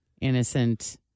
innocent